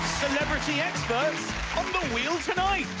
celebrity experts on the wheel tonight.